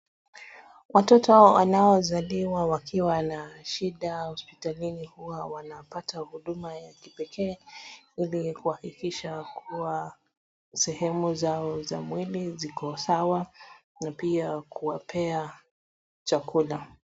Watoto wanaozaliwa wakiwa na shida hospitalini huwa wanapata huduma ya kipekee ili kuhakikisha kuwa sehemu zao za mwili ziko sawa na pia kuwapea chakula.